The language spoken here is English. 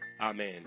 Amen